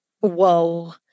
Whoa